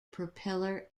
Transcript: propeller